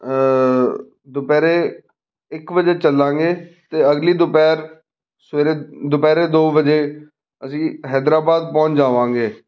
ਦੁਪਹਿਰੇ ਇੱਕ ਵਜੇ ਚੱਲਾਂਗੇ ਅਤੇ ਅਗਲੀ ਦੁਪਹਿਰ ਸਵੇਰੇ ਦੁਪਹਿਰੇ ਦੋ ਵਜੇ ਅਸੀਂ ਹੈਦਰਾਬਾਦ ਪਹੁੰਚ ਜਾਵਾਂਗੇ